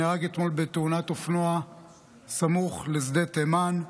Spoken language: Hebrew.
שנהרג אתמול בתאונת אופנוע סמוך לשדה תימן.